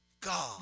God